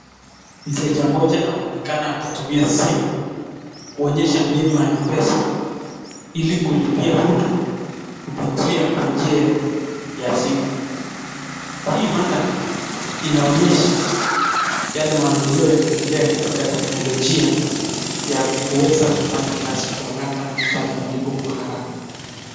Mteja mmoja anaonekana akitumia simu kuonyesha mbinu ya menyu ili kulipia huduma kupitia kwa njia ya simu. Hii mandhari inaonyesha yale maendeleo yanayo endelea katika teknolojia ya kuweza kufanya kazi kwa haraka na kufanya malipo kwa haraka.